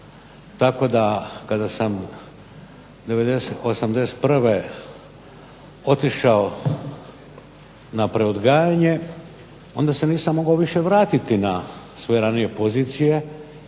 tako kada sam '81. otišao na preodgajanje onda se nisam mogao više vratiti na svoje ranije pozicije